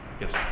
Yes